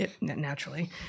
naturally